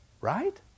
Right